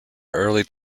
early